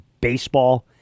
baseball